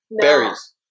berries